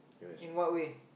in what way